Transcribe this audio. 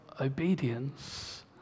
obedience